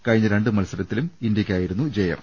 കഴിഞ്ഞ രണ്ട് മത്സരത്തിലും ഇന്ത്യയ്ക്കായിരുന്നു ജയം